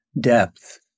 Depth